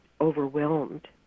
overwhelmed